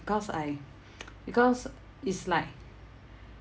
cause I because it's like